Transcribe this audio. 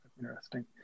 Interesting